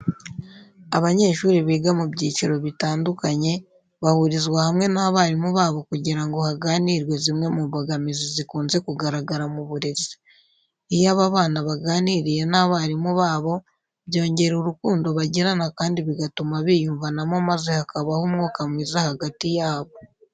Abanyeshuri biga mu byiciro bitandukanye bahurizwa hamwe n'abarimu babo kugira ngo haganirwe zimwe mu mbogamizi zikunze kugaragara mu burezi. Iyo aba bana baganiriye n'abarimu babo byongera urukundo bagirana kandi bigatuma biyumvanamo maze hakabaho umwuka mwiza hagati yabo.